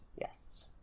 Yes